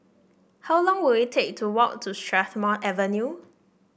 how long will it take to walk to Strathmore Avenue